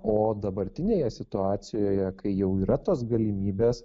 dabartinėje situacijoje kai jau yra tos galimybės